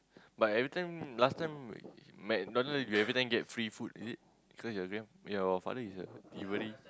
but everytime last time McDonald you everytime get free food is it because your grand your father is a delivery